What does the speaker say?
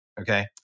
Okay